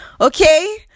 Okay